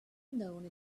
known